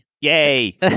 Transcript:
Yay